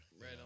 Right